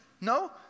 No